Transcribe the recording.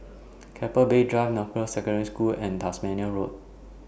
Keppel Bay Drive Northbrooks Secondary School and Tasmania Road